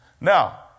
Now